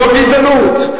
זו גזענות.